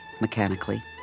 mechanically